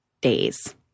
days